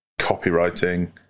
copywriting